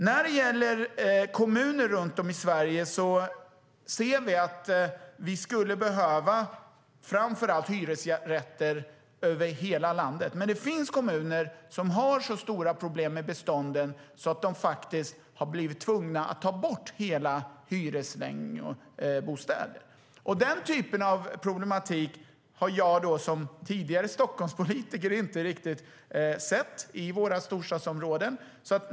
När det gäller kommuner runt om i Sverige ser vi att vi skulle behöva framför allt hyresrätter, även om det finns kommuner som har så stora problem med bestånden att de faktiskt har blivit tvungna att ta bort hela längor med hyresbostäder. Den typen av problematik har jag som tidigare Stockholmspolitiker inte riktigt sett i våra storstadsområden.